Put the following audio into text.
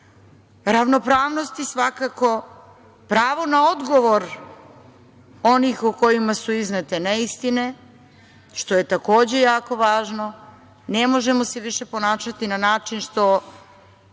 ravnopravnosti, svakako, pravu na odgovor onih o kojima su iznete neistine, što je takođe jako važno. Ne možemo se više ponašati na način da